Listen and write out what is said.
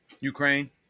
Ukraine